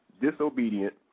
disobedient